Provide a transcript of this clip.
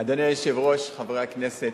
אדוני היושב-ראש, חברי הכנסת,